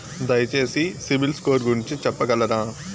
దయచేసి సిబిల్ స్కోర్ గురించి చెప్పగలరా?